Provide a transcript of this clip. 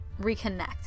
reconnect